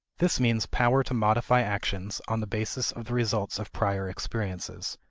this means power to modify actions on the basis of the results of prior experiences,